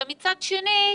ומצד שני,